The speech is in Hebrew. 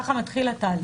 כך מתחיל התהליך.